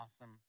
awesome